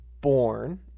born